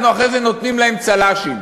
אנחנו אחרי זה נותנים להם צל"שים,